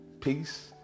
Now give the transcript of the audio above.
Peace